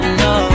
no